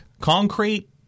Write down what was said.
Concrete